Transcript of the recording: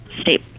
State